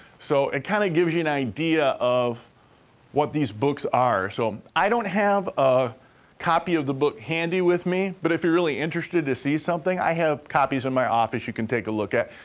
so, it kinda gives you an idea of what these books are. so, i don't have a copy of the book handy with me, but if you're really interested to see something, i have copies in my office you can take a look at.